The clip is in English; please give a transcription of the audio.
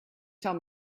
tell